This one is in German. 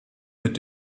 mit